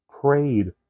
prayed